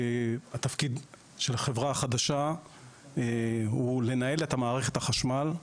התפקיד של חברה חדשה הוא לנהל את מערכת החשמל,